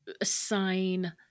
assign